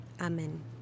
Amen